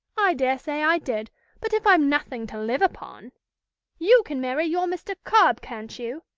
i dare say i did but if i've nothing to live upon you can marry your mr. cobb, can't you?